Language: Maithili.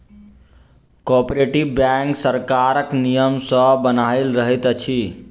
कोऔपरेटिव बैंक सरकारक नियम सॅ बन्हायल रहैत अछि